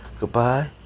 Goodbye